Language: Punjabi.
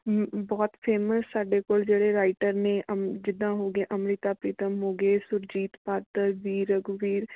ਬਹੁਤ ਫੇਮਸ ਸਾਡੇ ਕੋਲ ਜਿਹੜੇ ਰਾਈਟਰ ਨੇ ਅੰਮ ਜਿੱਦਾਂ ਹੋ ਗਿਆ ਅੰਮ੍ਰਿਤਾ ਪ੍ਰੀਤਮ ਹੋ ਗਏ ਸੁਰਜੀਤ ਪਾਤਰ ਜੀ ਰਘੂਬੀਰ